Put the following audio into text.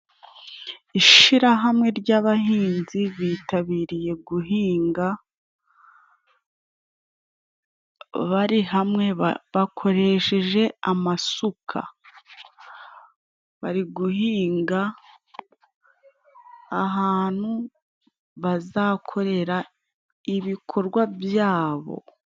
Ishirahamwe ry'abahinzi bitabiriye guhinga bari hamwe bakoresheje amasuka. Bari guhinga ahantu bazakorera ibikorwa byabo.